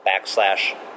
backslash